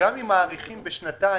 שגם אם מאריכים בשנתיים,